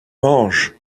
mange